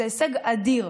זה הישג אדיר.